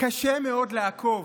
קשה מאוד לעקוב,